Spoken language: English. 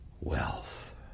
wealth